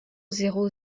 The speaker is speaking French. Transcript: zéro